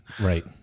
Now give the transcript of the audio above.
Right